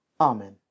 Amen